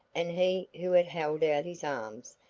and he who had held out his arms,